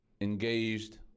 engaged